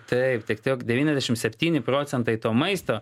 taip devyniasdešimt septyni procentai to maisto